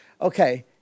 Okay